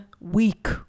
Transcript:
week